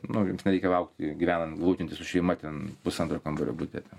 nu jums nereikia laukti gyvenant glūdintis su šeima ten pusantro kambario bute ten